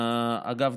אגב,